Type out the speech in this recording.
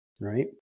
right